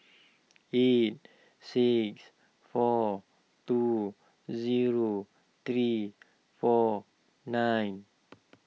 eight six four two zero three four nine